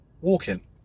walking